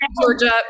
Georgia